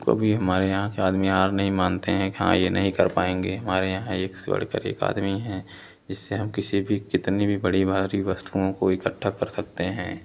कभी हमारे यहाँ के आदमी हार नहीं मानते हैं कि हाँ यह नहीं कर पाएँगे हमारे यहाँ एक से बढ़कर एक आदमी हैं जिससे हम किसी भी कितनी भी बड़ी भारी वस्तुओं को इकट्ठा कर सकते हैं